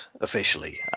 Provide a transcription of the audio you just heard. officially